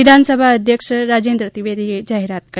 વિધાનસભા અધ્યક્ષ રાજેદ્ર ત્રિવેદી જાહેરાત કરી